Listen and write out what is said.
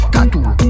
Tattoo